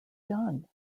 done